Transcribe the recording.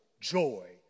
Joy